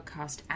podcast